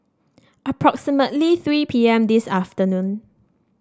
approximately three P M this afternoon